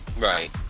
right